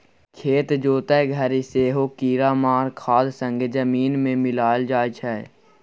खेत जोतय घरी सेहो कीरामार खाद संगे जमीन मे मिलाएल जाइ छै